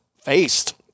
faced